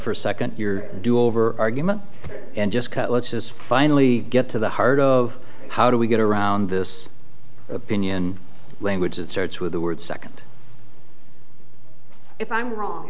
for a second your do over argument and just cut let's just finally get to the heart of how do we get around this opinion language that starts with the word second if i'm wrong